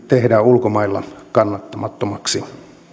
tehdään ulkomailla kannattamattomaksi